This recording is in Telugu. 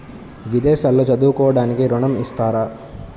విదేశాల్లో చదువుకోవడానికి ఋణం ఇస్తారా?